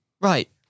Right